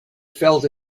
felt